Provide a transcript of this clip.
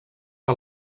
que